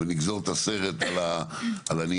ונגזור את הסרט על הניירות,